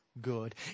good